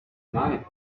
nein